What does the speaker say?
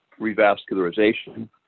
revascularization